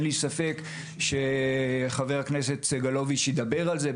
אני בטוח שהוא ידבר על זה אחר כך,